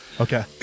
Okay